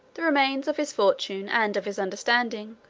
the remains of his fortune, and of his understanding,